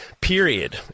Period